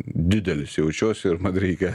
didelis jaučiuosi ir man reikia